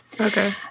okay